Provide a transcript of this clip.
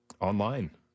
online